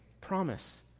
promise